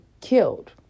killed